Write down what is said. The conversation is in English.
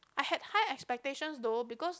I had high expectations though because